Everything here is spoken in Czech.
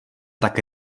tak